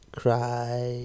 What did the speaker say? cry